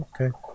Okay